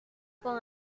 con